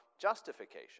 justification